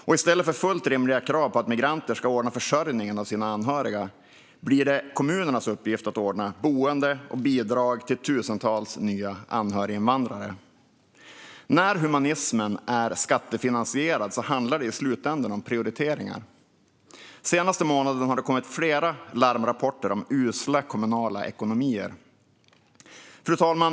Och i stället för fullt rimliga krav på att migranter ska ordna försörjningen av sina anhöriga blir det kommunernas uppgift att ordna boende och bidrag till tusentals nya anhöriginvandrare. När humanismen är skattefinansierad handlar det i slutänden om prioriteringar. Den senaste månaden har det kommit flera larmrapporter om usla kommunala ekonomier. Fru talman!